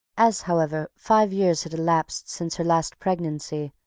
as, however, five years had elapsed since her last pregnancy,